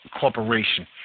corporation